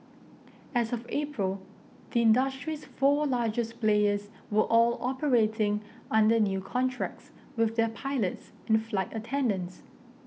as of April the industry's four largest players were all operating under new contracts with their pilots and flight attendants